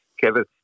Kevin